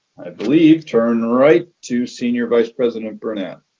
i believe turn right to senior vice president burnett.